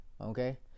okay